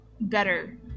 better